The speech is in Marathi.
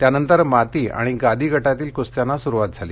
त्यानंतर माती आणि गादी गटातील कस्त्याना सुरूवात झाली